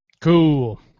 Cool